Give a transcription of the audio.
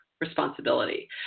responsibility